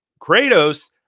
Kratos